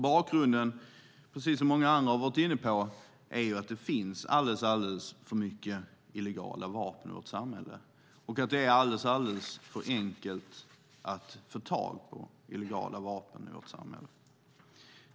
Bakgrunden är, som många andra har varit inne på, att det finns alldeles för många illegala vapen i vårt samhälle och att det är alldeles för enkelt att få tag på illegala vapen i vårt samhälle.